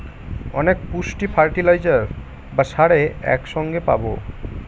অনেক পুষ্টি ফার্টিলাইজার বা সারে এক সঙ্গে পাবো